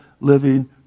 living